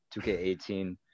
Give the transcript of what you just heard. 2K18